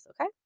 Okay